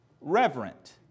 reverent